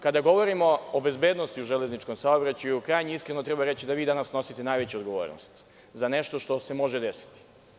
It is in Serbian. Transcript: Kada govorimo o bezbednosti u železničkom saobraćaju, krajnje iskreno treba reći da vi danas snosite najveću odgovornost za nešto što se može desiti.